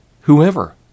whoever